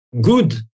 good